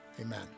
Amen